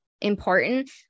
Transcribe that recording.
important